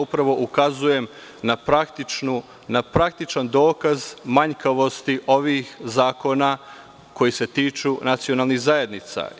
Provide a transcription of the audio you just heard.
Upravo ukazujem na praktičan dokaz manjkavosti ovihzakona koji se tiču nacionalnih zajednica.